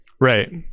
Right